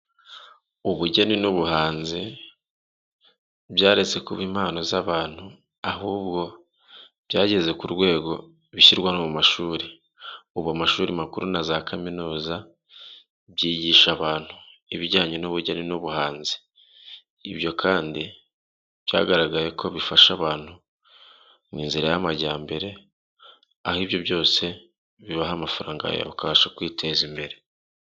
Ubugeni n'ubuhanzi byaretse kuba impano z'abantu ahubwo byageze ku rwego bishyirwa mu mashuri, ubu amashuri makuru na za kaminuza byigisha abantu ibijyanye n'ubugeni n'ubuhanzi. Ibyo kandi byagaragaye ko bifasha abantu mu nzira y'amajyambere, aho ibyo byose bibaha amafaranga yawe ukabasha kwiteza imbere.